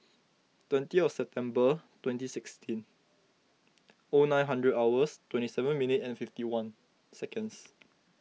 twentieth September twenty sixteen O nine hundred hours twenty seven minute and fifty one seconds